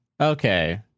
okay